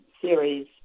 series